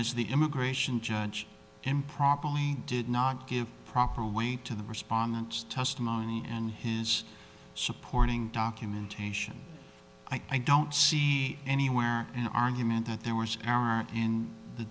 is the immigration judge improperly did not give proper way to the respondents testimony and his supporting documentation i don't see anywhere in argument that there was a